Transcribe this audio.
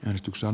äänestyksen